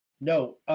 No